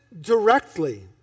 directly